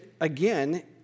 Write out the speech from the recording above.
again